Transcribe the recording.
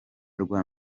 rwa